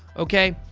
okay?